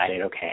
okay